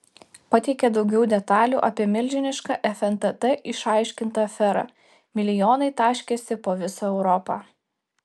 pateikė daugiau detalių apie milžinišką fntt išaiškintą aferą milijonai taškėsi po visą europą